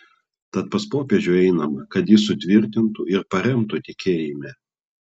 tad pas popiežių einama kad jis sutvirtintų ir paremtų tikėjime